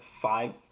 five